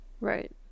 Right